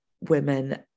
women